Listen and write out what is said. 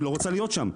אני לא רוצה להיות שם,